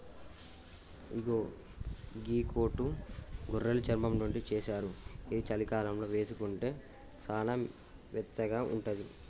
ఇగో గీ కోటు గొర్రెలు చర్మం నుండి చేశారు ఇది చలికాలంలో వేసుకుంటే సానా వెచ్చగా ఉంటది